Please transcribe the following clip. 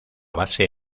base